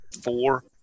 four